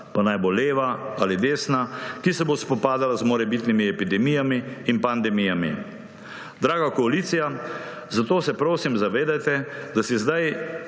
pa naj bo leva ali desna, ki se bo spopadala z morebitnimi epidemijami in pandemijami. Draga koalicija, zato se, prosim, zavedajte, da si zdaj